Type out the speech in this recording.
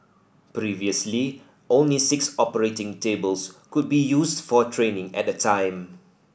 previously only six operating tables could be used for training at a time